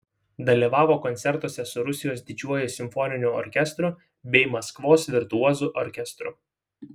dalyvavo koncertuose su rusijos didžiuoju simfoniniu orkestru bei maskvos virtuozų orkestru